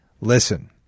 listen